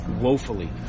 woefully